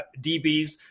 DBs